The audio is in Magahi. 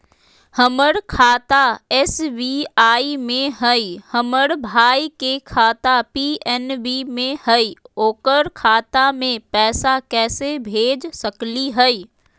हमर खाता एस.बी.आई में हई, हमर भाई के खाता पी.एन.बी में हई, ओकर खाता में पैसा कैसे भेज सकली हई?